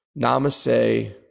namaste